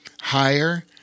higher